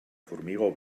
formigó